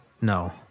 No